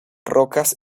rocas